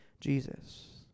Jesus